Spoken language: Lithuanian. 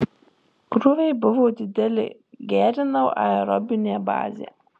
krūviai buvo dideli gerinau aerobinę bazę